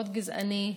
מאוד גזעני,